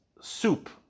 soup